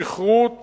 שכרות